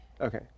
Okay